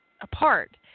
apart